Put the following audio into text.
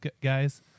guys